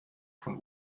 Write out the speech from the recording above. von